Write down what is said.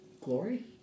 Glory